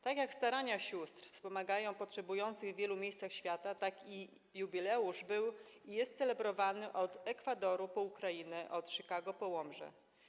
Tak jak starania sióstr wspomagają potrzebujących w wielu miejscach świata, tak i jubileusz był i jest celebrowany od Ekwadoru po Ukrainę, od Chicago po Łomżę.